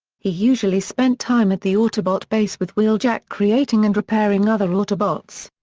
he usually spent time at the autobot base with wheeljack creating and repairing other autobots.